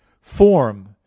Form